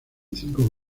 cinco